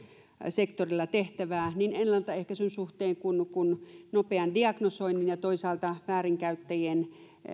sektorilla tehtävää niin ennaltaehkäisyn suhteen kuin nopean diagnosoinnin ja toisaalta väärinkäyttäjien